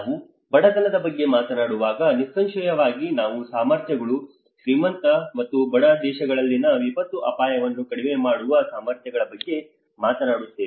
ನಾವು ಬಡತನದ ಬಗ್ಗೆ ಮಾತನಾಡುವಾಗ ನಿಸ್ಸಂಶಯವಾಗಿ ನಾವು ಸಾಮರ್ಥ್ಯಗಳು ಶ್ರೀಮಂತ ಮತ್ತು ಬಡ ದೇಶಗಳಲ್ಲಿನ ವಿಪತ್ತು ಅಪಾಯವನ್ನು ಕಡಿಮೆ ಮಾಡುವ ಸಾಮರ್ಥ್ಯಗಳ ಬಗ್ಗೆ ಮಾತನಾಡುತ್ತೇವೆ